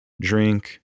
drink